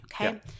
Okay